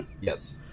Yes